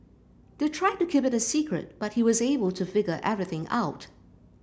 they tried to keep it a secret but he was able to figure everything out